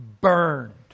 burned